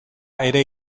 ere